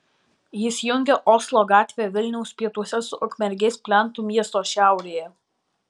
jis jungia oslo gatvę vilniaus pietuose su ukmergės plentu miesto šiaurėje